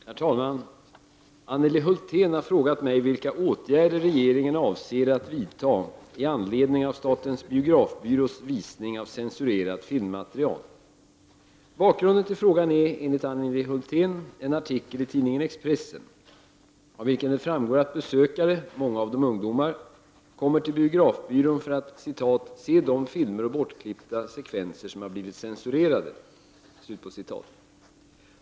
Herr talman! Anneli Hulthén har frågat mig om vilka åtgärder regeringen avser vidta i anledning av statens biografiska visning av censurerat filmmaterial. Bakgrunden till frågan är, enligt Anneli Hulthén, en artikel i tidningen Expressen av vilken det framgår att besökare, många av dem ungdomar, kommer till biografbyrån för att ”se de filmer och bortklippta sekvenser som har blivit censurerade”.